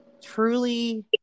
truly